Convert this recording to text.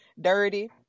dirty